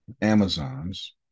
amazon's